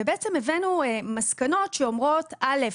ובעצם הבאנו מסקנות שאומרות: א',